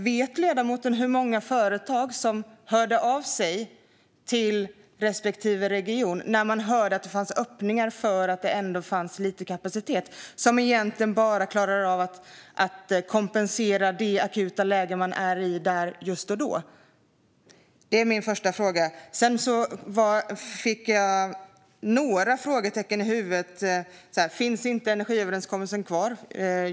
Vet ledamoten hur många företag som hörde av sig till respektive region när de hörde att det ändå fanns lite kapacitet? Denna kapacitet klarade ändå bara av att kompensera i det akuta läge som var just där och då. Jag fick några frågetecken i huvudet när jag hörde att energiöverenskommelsen inte finns kvar.